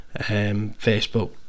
facebook